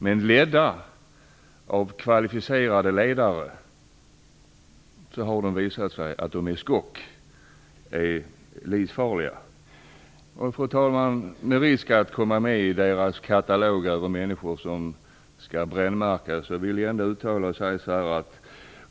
Men ledda av kvalificerade ledare har det visat sig att de i skock är livsfarliga. Fru talman! Med risk att komma med i deras katalog över människor som skall brännmärkas vill jag ändå säga detta.